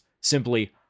simply